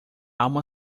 alma